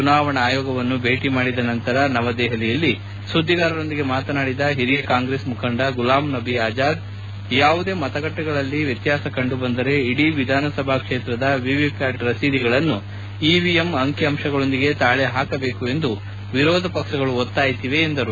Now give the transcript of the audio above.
ಚುನಾವಣಾ ಆಯೋಗವನ್ನು ಭೇಟಿ ಮಾಡಿದ ನಂತರ ನವದೆಹಲಿಯಲ್ಲಿ ಸುದ್ದಿಗಾರರೊಂದಿಗೆ ಮಾತನಾಡಿದ ಹಿರಿಯ ಕಾಂಗ್ರೆಸ್ ಮುಖಂಡ ಗುಲಾಂ ನಬಿ ಆಜಾದ್ ಯಾವುದೇ ಮತಗಟ್ಟೆಯಲ್ಲಿ ವ್ಯತ್ಯಾಸ ಕಂಡು ಬಂದರೆ ಇಡೀ ವಿಧಾನಸಭಾ ಕ್ಷೇತ್ರದ ವಿವಿಪ್ಯಾಟ್ ರಸೀದಿಗಳನ್ನು ಇವಿಎಂ ಅಂಕಿಅಂಶಗಳೊಂದಿಗೆ ತಾಳೆ ಹಾಕಬೇಕು ಎಂದು ವಿರೋಧಪಕ್ಷಗಳು ಒತ್ತಾಯಿಸಿವೆ ಎಂದರು